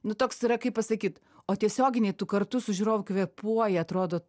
nu toks yra kaip pasakyt o tiesioginėj tu kartu su žiūrovu kvėpuoji atrodo